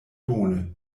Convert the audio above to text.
bone